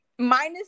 Minus